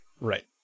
Right